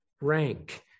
rank